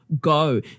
go